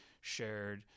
shared